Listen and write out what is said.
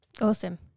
awesome